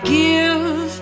give